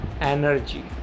energy